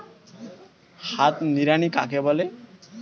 হাত নিড়ানি কাকে বলে?